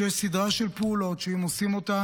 שיש סדרה של פעולות שאם עושים אותן,